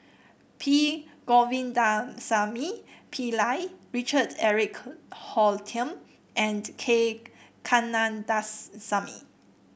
P Govindasamy Pillai Richard Eric Holttum and K Kandasamy